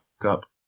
up